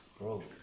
bro